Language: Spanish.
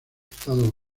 estados